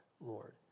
Lord